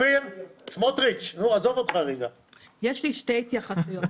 יש לי שתי התייחסויות.